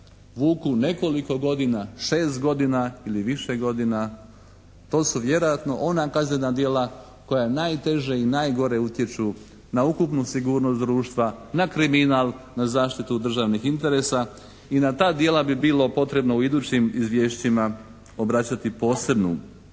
vuku nekoliko godina, 6 godina ili više godina to su vjerojatno ona kaznena djela koja najteže i najgore utječu na ukupnu sigurnost društva, na kriminal, na zaštitu državnih interesa i na ta djela bi bilo potrebno u idućim izvješćima obraćati posebnu